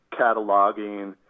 cataloging